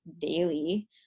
daily